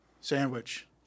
sandwich